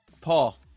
Paul